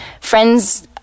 friends